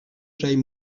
j’aille